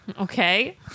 Okay